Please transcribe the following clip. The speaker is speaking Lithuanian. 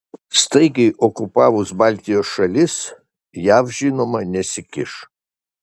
staigiai okupavus baltijos šalis jav žinoma nesikiš